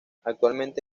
actualmente